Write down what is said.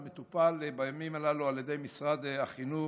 והוא מטופל בימים אלו על ידי משרד החינוך.